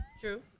True